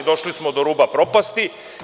Došli smo do ruba propasti.